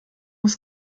ist